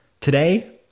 today